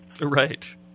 right